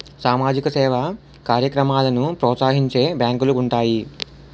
సామాజిక సేవా కార్యక్రమాలను ప్రోత్సహించే బ్యాంకులు ఉంటాయి